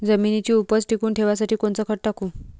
जमिनीची उपज टिकून ठेवासाठी कोनचं खत टाकू?